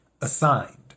assigned